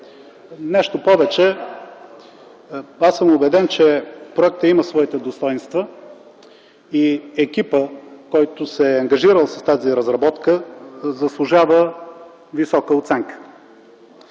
Нещо повече, аз съм убеден, че проектът има своите достойнства и екипът, който се е ангажирал с тази разработка, заслужава висока оценка.